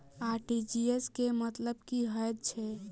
RTGS केँ मतलब की हएत छै?